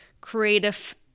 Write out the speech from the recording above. creative